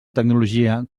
tecnologia